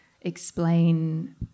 explain